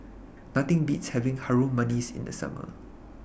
Nothing Beats having Harum Manis in The Summer